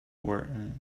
words